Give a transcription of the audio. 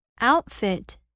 Outfit